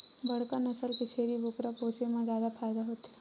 बड़का नसल के छेरी बोकरा पोसे म जादा फायदा होथे